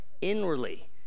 Inwardly